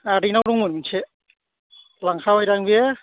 आदैनाव दंमोन मोनसे लांखाबायदां बेयो